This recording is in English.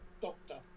doctor